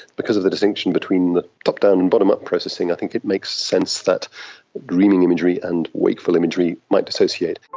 because of the distinction between the top-down, and bottom-up processing, i think it makes sense that dreaming imagery and wakeful imagery might dissociate.